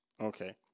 Okay